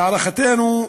להערכתנו,